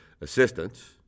assistance